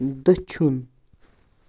دٔچھُن